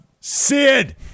Sid